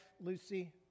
Lucy